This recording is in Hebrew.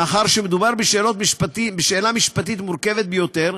מאחר שמדובר בשאלה משפטית מורכבת ביותר,